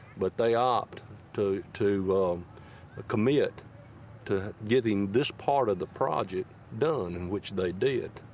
but they opt to to um commit to getting this part of the project done, and which they did.